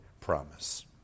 promise